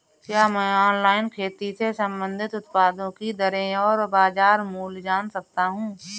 क्या मैं ऑनलाइन खेती से संबंधित उत्पादों की दरें और बाज़ार मूल्य जान सकता हूँ?